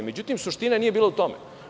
Međutim, suština nije bila u tome.